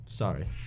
Sorry